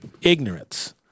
ignorance